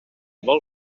vol